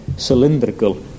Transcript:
cylindrical